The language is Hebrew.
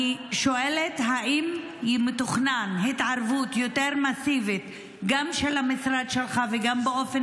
אני שואלת אם מתוכננת התערבות יותר מסיבית גם של המשרד שלך וגם באופן